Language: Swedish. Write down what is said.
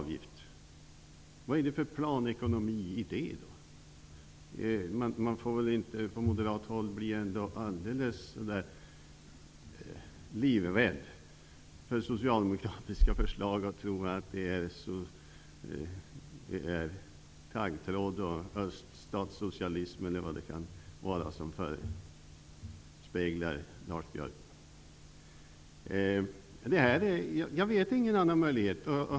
Vad är det för planekonomi i detta? Man får väl inte på moderat håll bli så livrädd för socialdemokraternas förslag att man i dem bara ser taggtråd, östatssocialism eller vad annat som nu kan föresväva Lars Björkman. Jag känner inte till någon annan möjlighet än denna.